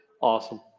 Awesome